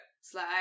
slide